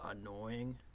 annoying